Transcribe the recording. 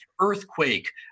earthquake